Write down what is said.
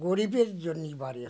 গরীবের জন্য বাড়ি হচ্ছে